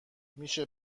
میشه